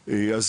שוב,